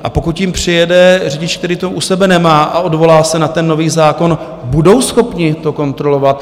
A pokud jim přijede řidič, který to u sebe nemá a odvolá se na ten nový zákon, budou schopni to kontrolovat?